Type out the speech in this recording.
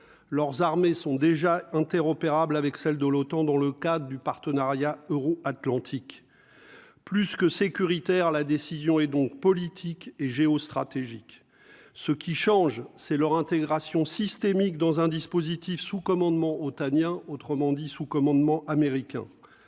leurs armées sont déjà interopérables avec celles de l'OTAN dans le cadre du partenariat euro- Atlantique plus que sécuritaire, la décision est donc politique et géostratégique, ce qui change, c'est leur intégration systémique dans un dispositif sous commandement otaniens, autrement dit sous commandement américain